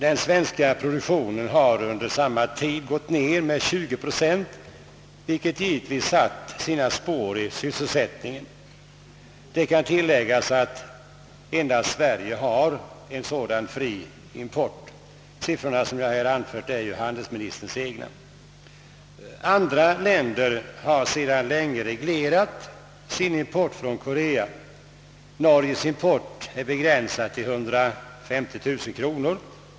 Den svenska produktionen har under samma tid gått ner med 20 procent, vilket givetvis satt sina spår i sysselsättningen. Det kan tilläggas att endast Sverige har en sådan fri import. De siffror som jag här anfört är handelsministerns egna. Andra länder har sedan länge reglerat sin import från Korea. Norges import är begränsad till 150 000 kr.